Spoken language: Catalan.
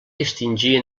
distingir